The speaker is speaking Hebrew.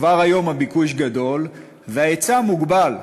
כבר היום הביקוש גדול וההיצע מוגבל,